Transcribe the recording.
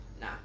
Nah